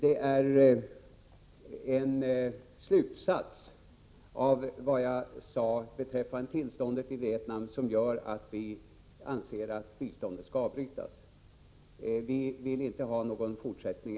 En slutsats av vad jag sade beträffande tillståndet i Vietnam är att folkpartiet anser att biståndet skall avbrytas efter 1990.